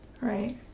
right